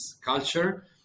culture